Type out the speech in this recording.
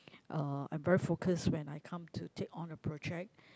uh I'm very focused when I come to take on a project